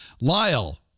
Lyle